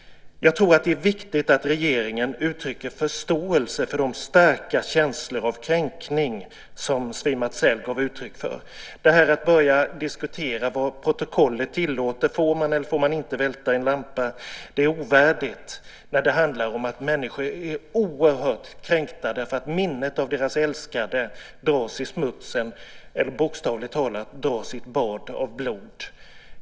Jag tror att det är viktigt att regeringen uttrycker förståelse för de starka känslor av kränkning som Zvi Mazel gav uttryck för. Att börja diskutera vad protokollet tillåter - får man eller får man inte välta en lampa - är ovärdigt när det handlar om att människor är oerhört kränkta därför att minnet av deras älskade dras i smutsen eller bokstavligt talat dras i ett bad av blod.